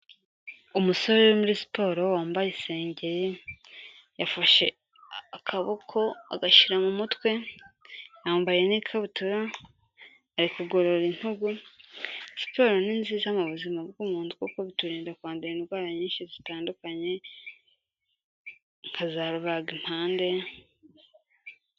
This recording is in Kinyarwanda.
Umusore uri muri siporo wambaye isengeri, yafashe akaboko agashyira mu mutwe, yambaye n'ikabutura, ari kugorora intugu, siporo ni nziza mu buzima bw'umuntu kuko biturinda kwandura indwara nyinshi zitandukanye, nka za rubaga impande.